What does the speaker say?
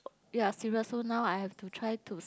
ya serious so now I have to try to